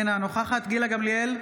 אינה נוכחת גילה גמליאל,